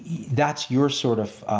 that's your sort of,